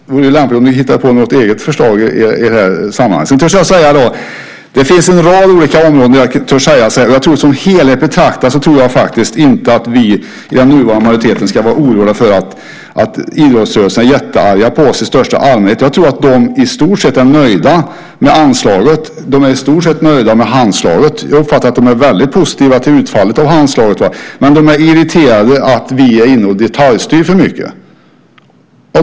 Det vore lämpligt att ni hittade på något eget förslag i det här sammanhanget. Det finns en rad olika områden där jag törs säga att som helhet betraktat tror jag faktiskt inte att vi i den nuvarande majoriteten ska vara oroliga för att idrottsrörelsen är jättearg på oss i största allmänhet. Jag tror att de i stort sett är nöjda med anslaget. De är i stort sett nöjda med Handslaget. Jag uppfattar att de är väldigt positiva till utfallet av Handslaget. Men de är irriterade på att vi är inne och detaljstyr för mycket.